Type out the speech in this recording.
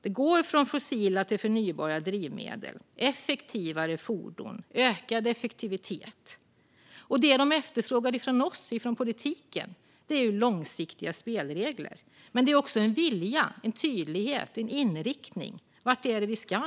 Det går från fossila till förnybara drivmedel. Det går mot effektivare fordon och ökad effektivitet. Det som efterfrågas från oss, från politiken, är långsiktiga spelregler men också en vilja, en tydlighet, en inriktning. Vart är det vi ska?